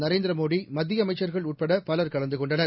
நரேந்திரமோடி மத்தியஅமைச்சர்கள் உட்படபலர் கலந்தகொண்டனர்